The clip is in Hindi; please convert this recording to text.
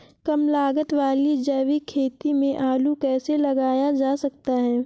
कम लागत वाली जैविक खेती में आलू कैसे लगाया जा सकता है?